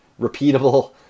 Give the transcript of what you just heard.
repeatable